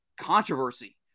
controversy